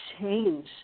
change